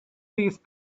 these